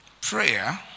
Prayer